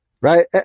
Right